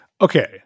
Okay